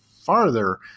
farther